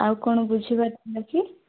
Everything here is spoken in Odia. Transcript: ଆଉ କ'ଣ ବୁଝିବାର ଥିଲା କି